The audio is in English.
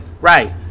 right